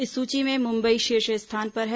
इस सूची में मुंबई शीर्ष स्थान पर है